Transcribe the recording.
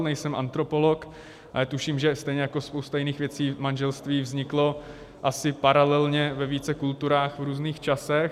Nejsem antropolog, ale tuším, že stejně jako spousta jiných věcí manželství vzniklo asi paralelně ve více kulturách v různých časech.